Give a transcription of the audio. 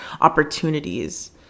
opportunities